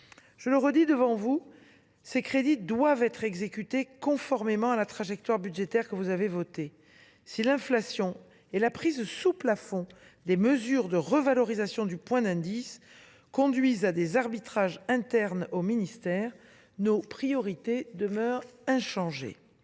Je le répète devant vous : ces crédits doivent être exécutés conformément à la trajectoire budgétaire que vous avez votée. Si l’inflation et la prise sous plafond de mesures de revalorisation du point d’indice conduisent à des arbitrages internes au ministère, nos priorités demeurent inchangées